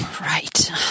Right